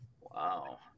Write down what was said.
Wow